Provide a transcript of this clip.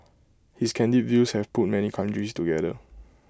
his candid views have put many countries together